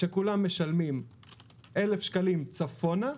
שכולם משלמים 1,000 שקלים צפונה,